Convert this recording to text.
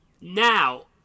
Now